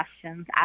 questions